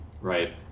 right